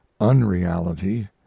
unreality